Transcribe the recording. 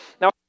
Now